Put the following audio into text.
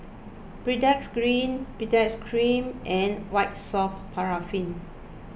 Baritex Cream Baritex Cream and White Soft Paraffin